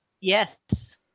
Yes